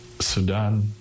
Sudan